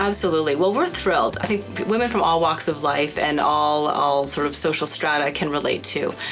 absolutely, well we're thrilled. i think women from all walks of life and all all sort of social strata can relate to.